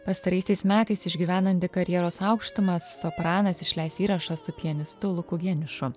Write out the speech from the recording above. pastaraisiais metais išgyvenanti karjeros aukštumas sopranas išleis įrašą su pianistu luku geniušu